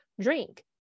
drink